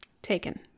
Taken